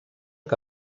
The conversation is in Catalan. que